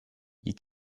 you